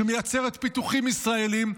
שמייצרת פיתוחים ישראליים.